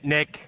Nick